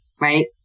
right